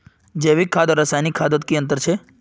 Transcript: जैविक खाद आर रासायनिक खादोत की अंतर छे?